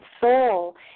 soul